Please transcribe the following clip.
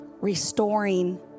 restoring